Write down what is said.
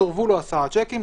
סורבו לו 10 שיקים,